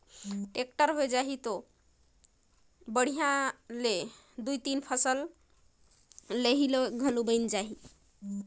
tractor होए जाही त बड़िहा ले दुइ तीन फसल लेहे ले घलो बइन जाही